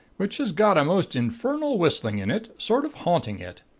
which has got a most infernal whistling in it sort of haunting it.